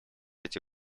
эти